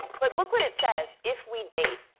but look what it says, if we date